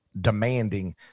demanding